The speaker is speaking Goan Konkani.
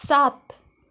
सात